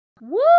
Woo